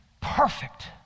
perfect